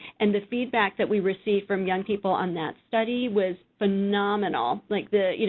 and the feedback that we received from young people on that study was phenomenal. like the, you